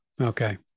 Okay